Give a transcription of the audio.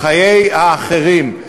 "חיים של אחרים",